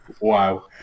Wow